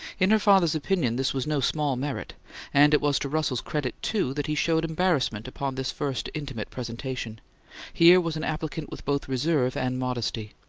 in her father's opinion this was no small merit and it was to russell's credit, too, that he showed embarrassment upon this first intimate presentation here was an applicant with both reserve and modesty.